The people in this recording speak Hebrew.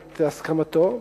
את הסכמתו.